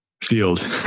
field